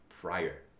prior